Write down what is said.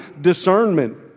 discernment